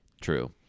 true